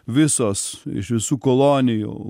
visos iš visų kolonijų